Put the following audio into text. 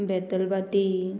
Betalbatim